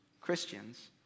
Christians